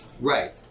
Right